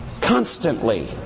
Constantly